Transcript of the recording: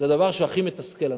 זה דבר שהכי מתסכל אנשים.